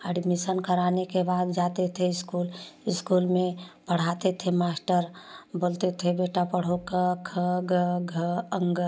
admission कराने के बाद जाते थे स्कूल में पढ़ाते थे मास्टर मास्टर बोलते थे बेटा पढ़ो क ख ग घ अं अः